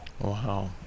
Wow